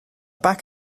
back